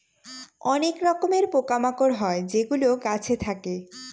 অনেক রকমের পোকা মাকড় হয় যেগুলো গাছে থাকে